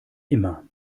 immer